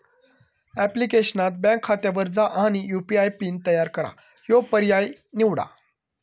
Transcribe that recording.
ऍप्लिकेशनात बँक खात्यावर जा आणि यू.पी.आय पिन तयार करा ह्यो पर्याय निवडा